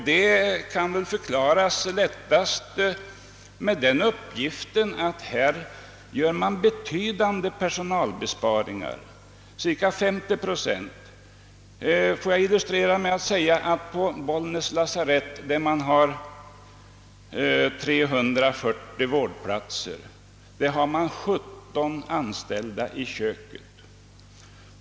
Det kan väl lättast förklaras med att man gör betydande personalbesparingar, cirka 50 procent. Jag kan illustrera detta med att man på Bollnäs lasarett med 340 vårdplatser har 17 anställda i köket.